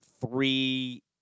three